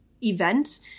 event